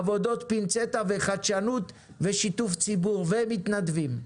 עבודות פינצטה וחדשנות ושיתוף ציבור ומתנדבים.